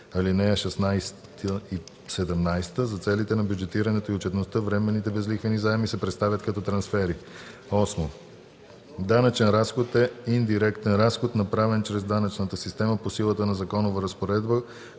ал. 16 и 17. За целите на бюджетирането и отчетността временните безлихвени заеми се представят като трансфери. 9. „Данъчен разход” е индиректен разход, направен чрез данъчната система по силата на законова разпоредба,